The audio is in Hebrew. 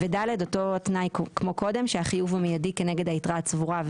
ו-(ד) אותו תנאי כמו קודם שהחיוב הוא מיידי כנגד היתרה הצבורה,